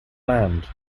land